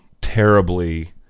terribly